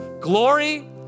Glory